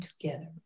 together